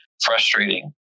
frustrating